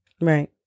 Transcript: Right